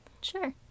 Sure